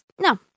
No